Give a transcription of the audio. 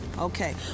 Okay